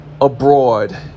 abroad